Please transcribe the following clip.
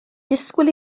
disgwyl